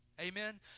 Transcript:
Amen